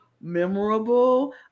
memorable